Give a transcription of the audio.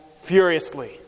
furiously